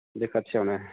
बे खाथियावनो